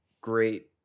great